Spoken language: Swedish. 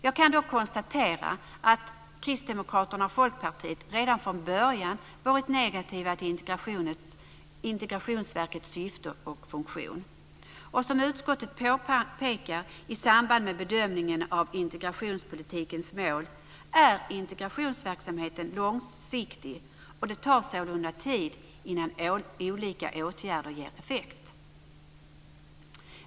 Jag kan konstatera att Kristdemokraterna och Folkpartiet redan från början varit negativa till Integrationsverkets syfte och funktion. Som utskottet påpekar i samband med bedömningen av integrationspolitikens mål är integrationsverksamheten långsiktig. Det tar sålunda tid innan olika åtgärder ger effekt.